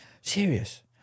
serious